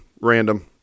random